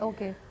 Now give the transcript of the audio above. Okay